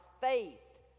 faith